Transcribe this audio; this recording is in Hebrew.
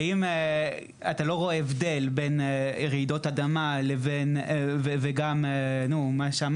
האם אתה לא רואה הבדל בין רעידות אדמה ומה שאמרת,